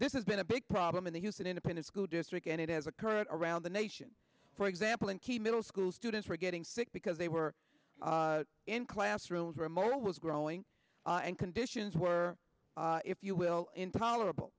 this has been a big problem in the houston independent school district and it has occurred around the nation for example in key middle school students were getting sick because they were in classrooms where a model was growing and conditions were if you will intolerable